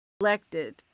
elected